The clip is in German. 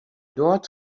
dort